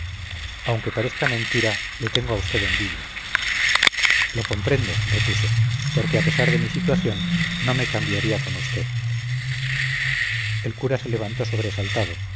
aunque parezca mentira le tengo a usted envidia lo comprendo repuse porque a pesar de mi situación no me cambiaría con usted el cura se levantó sobresaltado